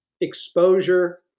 exposure